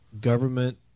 government